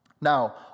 Now